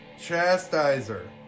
Chastiser